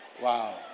wow